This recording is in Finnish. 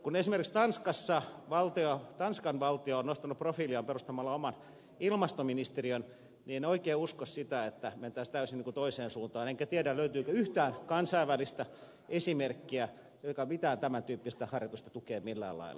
kun esimerkiksi tanskan valtio on nostanut profiiliaan perustamalla oman ilmastoministeriön niin en oikein usko siihen että mentäisiin täysin toiseen suuntaan enkä tiedä löytyykö yhtään kansainvälistä esimerkkiä joka mitään tämän tyyppistä harjoitusta tukee millään lailla